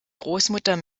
großmutter